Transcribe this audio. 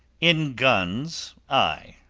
in guns aye,